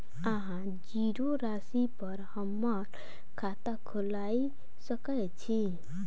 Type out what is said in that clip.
अहाँ जीरो राशि पर हम्मर खाता खोइल सकै छी?